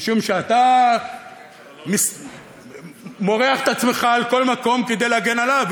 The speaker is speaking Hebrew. משום שאתה מורח את עצמך על כל מקום כדי להגן עליו,